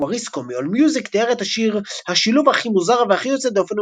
גואריסקו מ-AllMusic תיאר את השיר "השילוב הכי מוזר והכי יוצא דופן